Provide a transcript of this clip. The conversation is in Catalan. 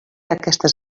aquestes